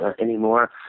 anymore